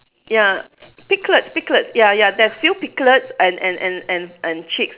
ya piglets piglets ya ya there's few piglets and and and and and chicks